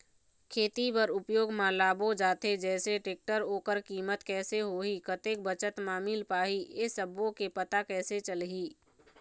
खेती बर उपयोग मा लाबो जाथे जैसे टेक्टर ओकर कीमत कैसे होही कतेक बचत मा मिल पाही ये सब्बो के पता कैसे चलही?